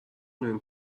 میریم